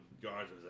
guards